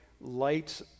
light